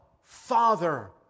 Father